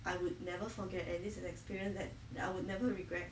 I would never forget and this is an experience that that I would never regret